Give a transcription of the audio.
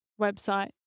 website